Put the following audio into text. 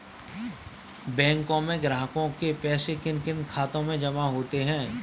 बैंकों में ग्राहकों के पैसे किन किन खातों में जमा होते हैं?